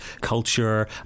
culture